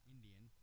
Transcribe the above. Indian